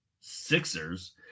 Sixers